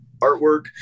artwork